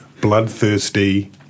bloodthirsty